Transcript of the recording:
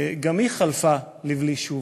גם היא חלפה לבלי שוב.